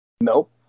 Nope